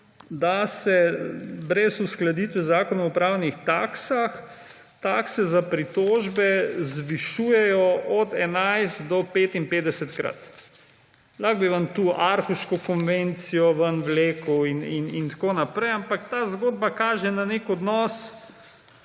da se brez uskladitve Zakona o upravnih taksah takse za pritožbe zvišujejo od 11- do 55-krat. Lahko bi vam tukaj Aarhuško konvencijo ven vlekel in tako naprej, ampak ta zgodba kaže na neki odnos